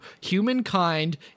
Humankind